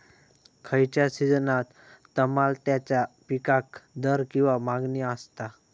खयच्या सिजनात तमात्याच्या पीकाक दर किंवा मागणी आसता?